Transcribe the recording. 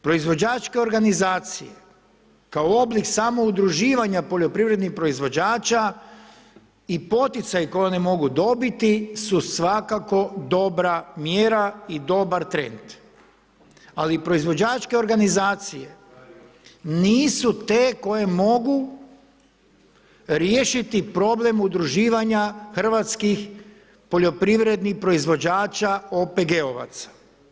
Proizvođačke organizacije kao oblik samoudruživanja poljoprivrednih proizvođača i poticaj koji oni mogu dobiti su svakako dobra mjera i dobar trend, ali proizvođačke organizacije nisu te koje mogu riješiti problem udruživanja hrvatskih poljoprivrednih proizvođača OPG-ovaca.